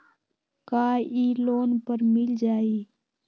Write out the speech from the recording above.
का इ लोन पर मिल जाइ?